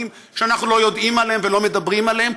שאנחנו לא יודעים עליהם ולא מדברים עליהם,